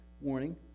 warning